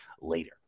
later